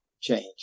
change